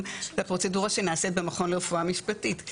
לפרוצדורה שנעשית במכון לרפואה משפטית.